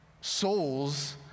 souls